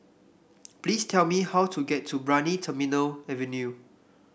please tell me how to get to Brani Terminal Avenue